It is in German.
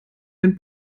den